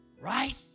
right